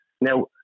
Now